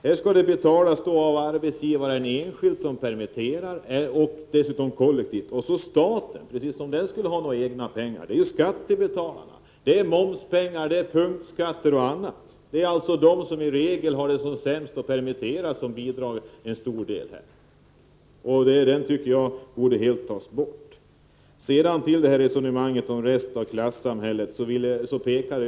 Här skall det betalas enskilt av den arbetsgivare som permitterar och dessutom kollektivt av staten — precis som om staten skulle ha några egna pengar! Det är ju skattebetalarnas pengar. I stor utsträckning är det momspengar, punktskattepengar o. d. Det är alltså i regel de som har det sämst och blir permitterade som bidrar med en stor del av pengarna. Detta system tycker jag borde slopas helt och hållet. Så några ord om resonemanget när det gäller detta med en rest av klassamhället.